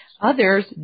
Others